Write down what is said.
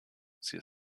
sie